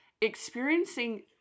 Experiencing